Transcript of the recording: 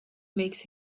makes